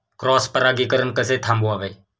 Cross परागीकरण कसे थांबवावे?